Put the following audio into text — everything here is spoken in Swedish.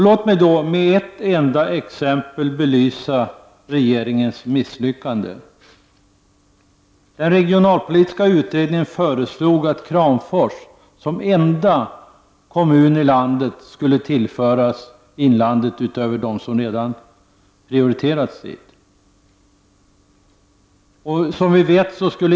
Jag vill med ett enda exempel belysa regeringens misslyckande. Den regionalpolitiska utredningen har ju föreslagit att Kramfors som enda ny kommun skall tillföras inlandet — utöver de kommuner som redan prioriterats dit.